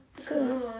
不是 lah